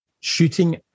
shooting